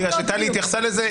בגלל שטלי התייחסה לזה,